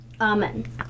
Amen